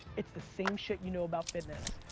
it's the same shit you know about fitness,